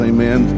Amen